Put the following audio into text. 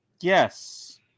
Yes